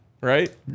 right